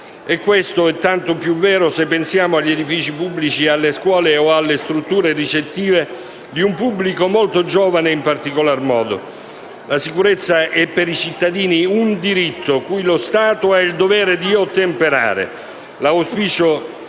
E questo è tanto più vero se pensiamo agli edifici pubblici e alle scuole o alle strutture ricettive di un pubblico molto giovane in particolar modo. La sicurezza è per i cittadini un diritto, cui lo Stato ha il dovere di ottemperare.